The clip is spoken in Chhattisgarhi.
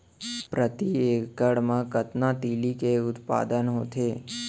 प्रति एकड़ मा कतना तिलि के उत्पादन होथे?